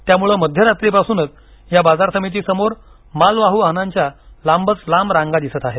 त्यामुळे मध्य रात्रीपासूनच या बाजार समिती समोर मालवाह् वाहनांच्या लांबच लांब रांगा दिसत आहेत